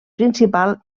principal